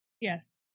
Yes